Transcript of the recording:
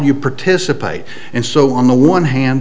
you participate and so on the one hand